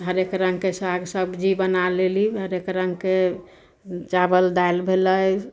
हरेक रङ्गके साग सबजी बना लेली हरेक रङ्गके चावल दालि भेलै